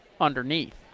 underneath